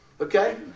Okay